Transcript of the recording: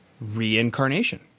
reincarnation